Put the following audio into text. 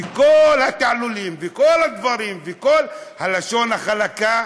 כל התעלולים וכל הדברים וכל הלשון החלקה,